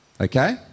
Okay